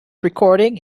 recording